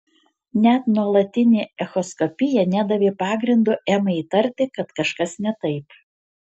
net nuolatinė echoskopija nedavė pagrindo emai įtarti kad kažkas ne taip